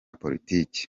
politiki